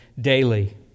daily